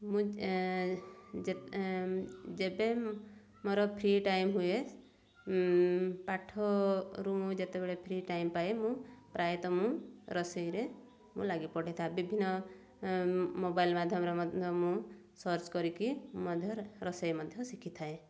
ମୁଁ ଯେବେ ମୋର ଫ୍ରି ଟାଇମ୍ ହୁଏ ପାଠରୁ ମୁଁ ଯେତେବେଳେ ଫ୍ରୀ ଟାଇମ୍ ପାଏ ମୁଁ ପ୍ରାୟତଃ ମୁଁ ରୋଷେଇରେ ମୁଁ ଲାଗି ପଡ଼ିଥାଏ ବିଭିନ୍ନ ମୋବାଇଲ୍ ମାଧ୍ୟମରେ ମଧ୍ୟ ମୁଁ ସର୍ଚ କରିକି ମଧ୍ୟ ରୋଷେଇ ମଧ୍ୟ ଶିଖିଥାଏ